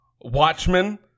Watchmen